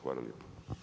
Hvala lijepo.